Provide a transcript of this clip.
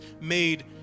made